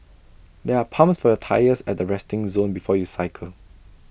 there are pumps for your tyres at the resting zone before you cycle